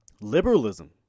liberalism